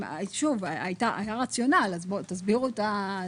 שוב, היה רציונל, אז תסבירו לא סתם ככה.